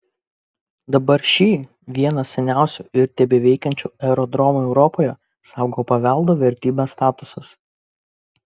dabar šį vieną seniausių ir tebeveikiančių aerodromų europoje saugo paveldo vertybės statusas